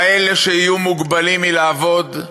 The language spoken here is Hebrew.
כאלה שיהיו מוגבלים מלעבוד,